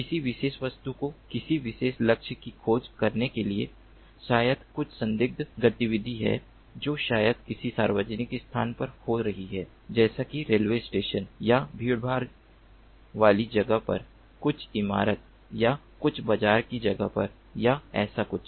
किसी विशेष वस्तु को किसी विशेष लक्ष्य की खोज करने के लिए शायद कुछ संदिग्ध गतिविधि है जो शायद किसी सार्वजनिक स्थान पर हो रही है जैसे कि रेलवे स्टेशन या भीड़भाड़ वाली जगह पर कुछ इमारत या कुछ बाज़ार की जगह या ऐसा कुछ